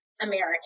American